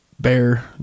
bear